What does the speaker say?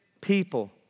people